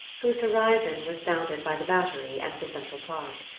whose horizon was bounded by the battery and the central park.